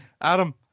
Adam